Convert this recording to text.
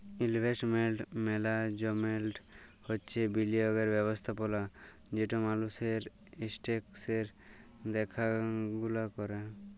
investment management হছে বিলিয়গের ব্যবস্থাপলা যেট মালুসের এসেট্সের দ্যাখাশুলা ক্যরে